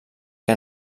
que